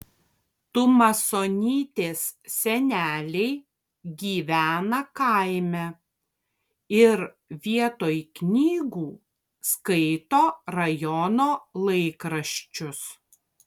tumasonytės seneliai gyvena kaime ir vietoj knygų skaito rajono laikraščius